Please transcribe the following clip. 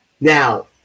Now